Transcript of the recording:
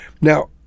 Now